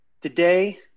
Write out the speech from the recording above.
Today